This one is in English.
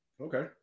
Okay